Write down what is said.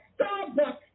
Starbucks